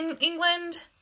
England